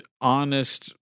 honest